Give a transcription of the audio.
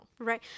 right